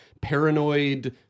paranoid